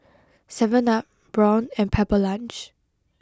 Seven Up Braun and Pepper Lunch